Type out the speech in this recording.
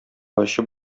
ачы